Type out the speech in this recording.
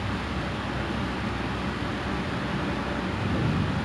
I'm just gonna sleep on my bed then I will just on the the Zoom